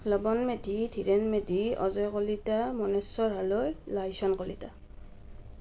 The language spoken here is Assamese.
লবন মেধি ধীৰেন মেধি অজয় কলিতা মনেশ্বৰ হালৈ লাহীচন্দ কলিতা